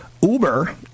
Uber